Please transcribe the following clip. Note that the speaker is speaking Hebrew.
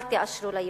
אל תאשרו ליהודים.